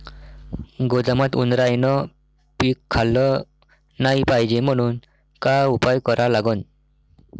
गोदामात उंदरायनं पीक खाल्लं नाही पायजे म्हनून का उपाय करा लागन?